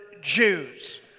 Jews